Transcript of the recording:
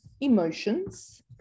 emotions